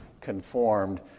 conformed